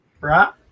Right